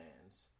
hands